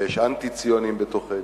ויש אנטי-ציונים בתוכנו,